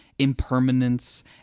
impermanence